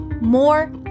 more